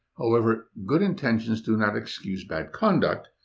however, good intentions do not excuse bad conduct,